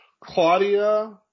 Claudia